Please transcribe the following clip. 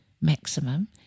Maximum